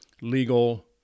legal